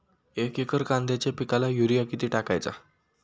एक एकर कांद्याच्या पिकाला युरिया किती टाकायचा?